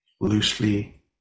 Loosely